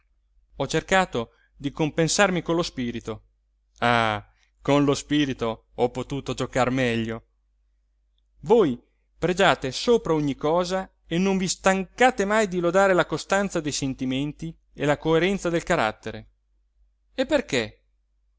ho cercato di compensarmi con lo spirito ah con lo spirito ho potuto giocar meglio voi pregiate sopra ogni cosa e non vi stancate mai di lodare la costanza dei sentimenti e la coerenza del carattere e perché